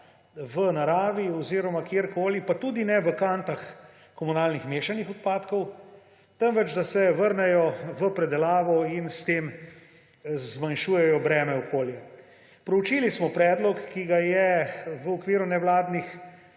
v naravi oziroma kjerkoli, pa tudi ne v kantah komunalnih mešanih odpadkov, temveč da se vrnejo v predelavo in s tem zmanjšujejo breme v okolju. Proučili smo predlog, ki ga je v okviru nevladnih